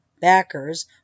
Backers